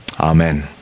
amen